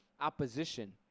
opposition